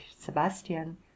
Sebastian